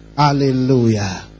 Hallelujah